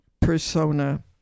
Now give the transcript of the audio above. persona